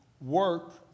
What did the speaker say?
work